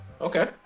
okay